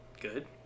Good